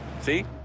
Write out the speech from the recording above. See